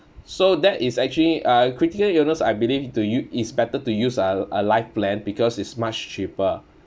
so that is actually uh critical illness I believe to you it's better to use a a life plan because is much cheaper